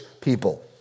people